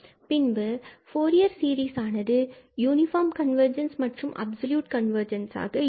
பின்பு Fourier series ஆனது uniform convergence மற்றும் அப்ஸொலுயூட் கன்வர்ஜென்ஸ் ஆக இருக்கும்